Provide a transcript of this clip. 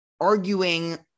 arguing